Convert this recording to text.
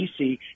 DC